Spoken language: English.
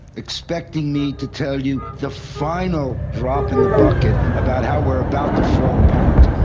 expecting me to tell you the final drop in the bucket about how we are about to fall apart,